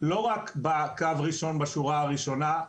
לא רק בקו ראשון בשורה הראשונה,